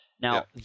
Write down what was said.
Now